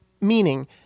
meaning